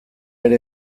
ere